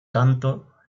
tanto